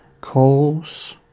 Calls